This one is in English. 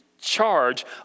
Charge